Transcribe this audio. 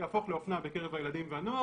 הוא יהפוך לאופנה בקרב הילדים והנוער